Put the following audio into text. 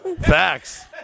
facts